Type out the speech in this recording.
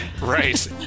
Right